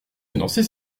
financer